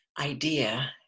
idea